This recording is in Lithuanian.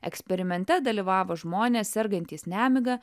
eksperimente dalyvavo žmonės sergantys nemiga